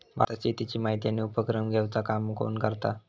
भारतात शेतीची माहिती आणि उपक्रम घेवचा काम कोण करता?